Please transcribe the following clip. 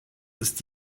ist